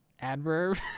adverb